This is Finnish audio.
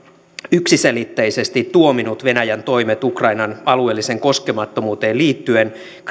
yksiselitteisesti tuominnut venäjän toimet ukrainan alueelliseen koskemattomuuteen liittyen